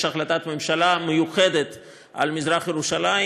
יש החלטת ממשלה מיוחדת על מזרח-ירושלים